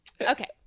okay